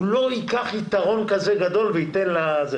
הוא לא ייקח יתרון כזה גדול וייתן לשני.